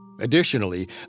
Additionally